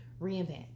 reinvent